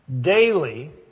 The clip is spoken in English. daily